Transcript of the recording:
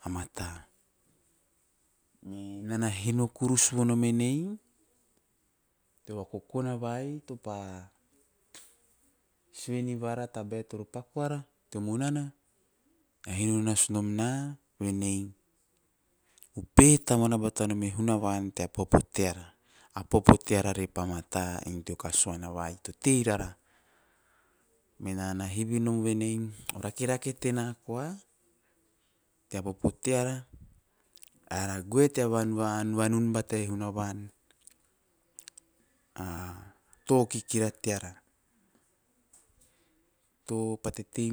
A mata. Nin nana hino korus vonom enei, tevana kokona vai topo, sue niuara tabae toro paku ara teo munana to hiuo nasu nom na venei upehe tamuana batanom e hunavan tea popo teara a popo teara re pa mata en teo kasuana vai to tei rara. Mena na hino nom venei, o rakerake tena koa tena popo teara ave goe tea vanva vanun bata e hunavan a to kikira teara, to kahi